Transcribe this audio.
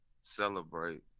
celebrate